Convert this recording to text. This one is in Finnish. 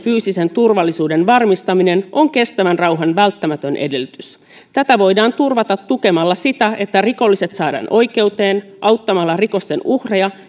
fyysisen turvallisuuden varmistaminen on kestävän rauhan välttämätön edellytys tätä voidaan turvata tukemalla sitä että rikolliset saadaan oikeuteen auttamalla rikosten uhreja